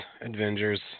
Avengers